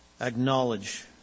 acknowledge